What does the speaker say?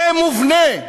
זה מובנה.